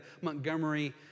Montgomery